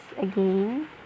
again